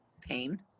Pain